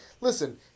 listen